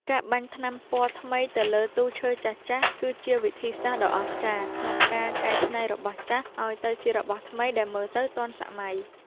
ការបាញ់ថ្នាំពណ៌ថ្មីទៅលើទូឈើចាស់ៗ គឺជាវិធីសាស្ត្រដ៏អស្ចារ្យក្នុងការកែច្នៃរបស់ចាស់ឱ្យទៅជារបស់ថ្មីដែលមើលទៅទាន់សម័យ។